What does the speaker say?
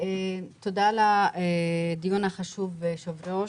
תודה על הדיון החשוב, היושב-ראש.